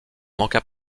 manqua